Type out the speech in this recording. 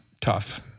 tough